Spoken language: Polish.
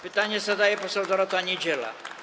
Pytanie zadaje poseł Dorota Niedziela.